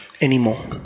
anymore